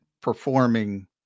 performing